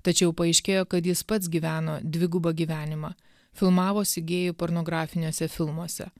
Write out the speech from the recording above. tačiau paaiškėjo kad jis pats gyveno dvigubą gyvenimą filmavosi gėjų pornografiniuose filmuose